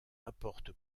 rapporte